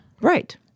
right